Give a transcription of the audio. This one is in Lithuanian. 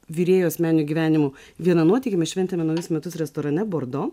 virėjo asmeniniu gyvenimu vieną nuotykį šventėme naujus metus restorane bordo